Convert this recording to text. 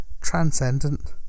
transcendent